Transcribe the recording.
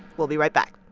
we'll be right back